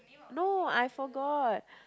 no I forgot